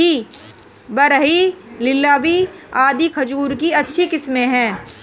बरही, हिल्लावी आदि खजूर की अच्छी किस्मे हैं